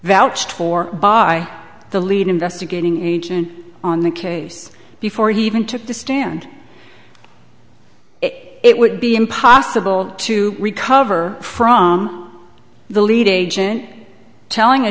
vouched for by the lead investigating agent on the case before he even took the stand it would be impossible to recover from the lead agent telling a